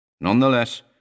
Nonetheless